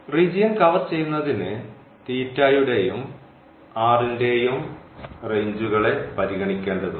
region cover ചെയ്യുന്നതിന് യുടെയും ൻറെയും റേഞ്ചുകളെ പരിഗണിക്കേണ്ടതുണ്ട്